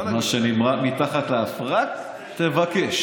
שנקרא: מתחת לפראק, תבקש.